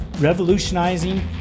revolutionizing